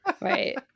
Right